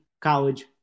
college